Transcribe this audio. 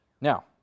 Now